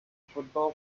football